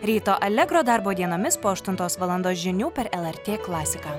ryto allegro darbo dienomis po aštuntos valandos žinių per el er tė klasiką